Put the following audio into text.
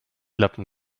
lappen